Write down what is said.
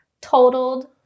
totaled